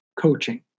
coaching